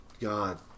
god